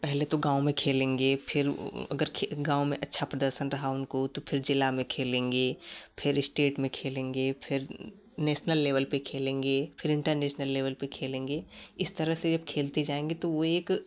पहले तो गाँव में खेलेंगे फिर अगर खे गाँव में अच्छा प्रदर्शन रहा उनको तो फिर जिला में खेलेंगे फिर स्टेट में खेलेंगे फिर नेशनल लेवल पर खेलेँगे फिर इंटरनेशनल लेवल पर खेलेंगे इस तरह से जब खेलते जाएँगे तो वो एक